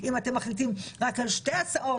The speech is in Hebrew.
אם אתם מחליטים רק על שתי הצעות,